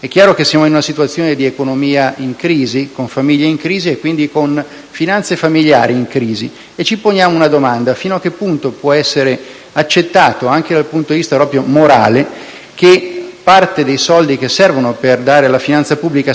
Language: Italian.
È chiaro che siamo in una situazione di economia in crisi, con famiglie in crisi e, quindi, con finanze familiari in crisi, e ci poniamo una domanda: fino a che punto può essere accettato, anche dal punto di vista proprio morale, che parte dei soldi che servono per dare stabilità alla finanza pubblica